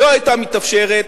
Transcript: לא היתה מתאפשרת